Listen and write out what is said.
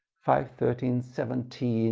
five, thirteen, seventeen,